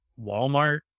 Walmart